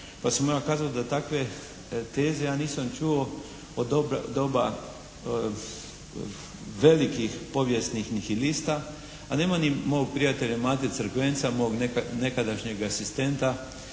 pa sam mu ja kazao da takve teze ja nisam čuo od doba velikih povijesnih nihilista. A nema ni mog prijatelja Mate Crkvenca, mog nekadašnjeg asistenta